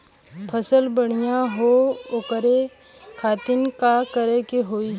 फसल बढ़ियां हो ओकरे खातिर का करे के होई?